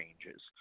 changes